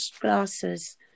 glasses